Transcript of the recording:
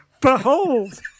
behold